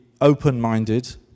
open-minded